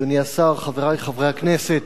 תודה, אדוני השר, חברי חברי הכנסת,